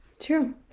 True